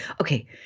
okay